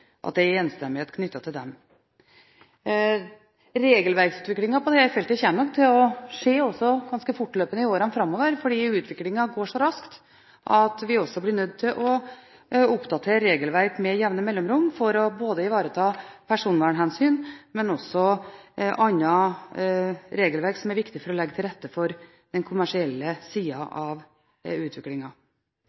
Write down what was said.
på dette feltet kommer nok til å skje ganske fortløpende i årene framover, fordi utviklingen går så raskt at vi med jevne mellomrom blir nødt til å oppdatere regelverk for å ivareta personvernhensyn, men også annet regelverk som er viktig for å legge til rette for den kommersielle siden av